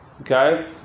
Okay